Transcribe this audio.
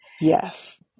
Yes